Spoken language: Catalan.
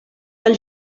del